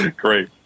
Great